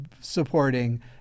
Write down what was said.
supporting